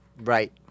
Right